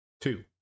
two